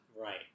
Right